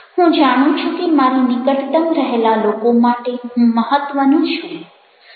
હું જાણું છું કે મારી નિકટતમ રહેલા લોકો માટે હું મહત્વનો છું